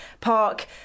Park